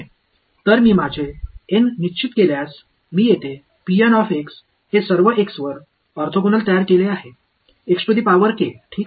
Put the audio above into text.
तर मी माझे एन निश्चित केल्यास मी येथे हे सर्व x वर ऑर्थोगोनल तयार केले आहे ठीक आहे